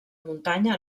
muntanya